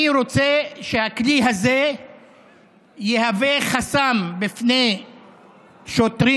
אני רוצה שהכלי הזה יהווה חסם בפני שוטרים